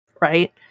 Right